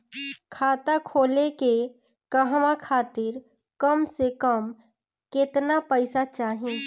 खाता खोले के कहवा खातिर कम से कम केतना पइसा चाहीं?